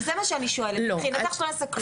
זה מה שאני שואלת, מבחינתך שלא נעשה כלום?